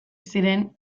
ziren